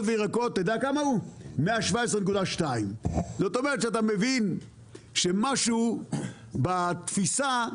וירקות הוא 117.2. אז אתה מבין שמשהו בתפיסה,